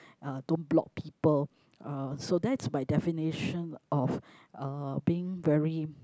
uh don't block people uh so that's my definition of uh being very